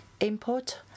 import